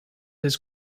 his